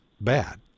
bad